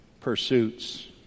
pursuits